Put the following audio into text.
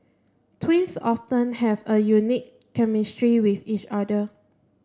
twins often have a unique chemistry with each other